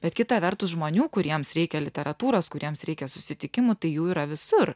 bet kita vertus žmonių kuriems reikia literatūros kuriems reikia susitikimų tai jų yra visur